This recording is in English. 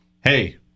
Hey